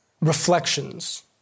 reflections